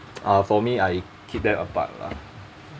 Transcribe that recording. uh for me I keep them apart lah